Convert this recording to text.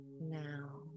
now